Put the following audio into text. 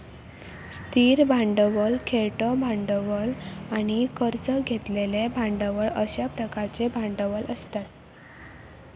स्थिर भांडवल, खेळतो भांडवल आणि कर्ज घेतलेले भांडवल अश्या प्रकारचे भांडवल असतत